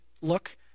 look